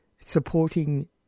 supporting